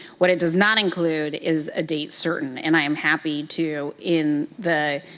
what it does not include is a date certain, and i am happy to, in the